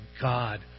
God